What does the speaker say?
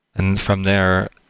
and from there,